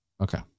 Okay